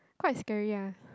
quite scary ah